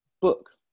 book